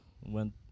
went